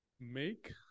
make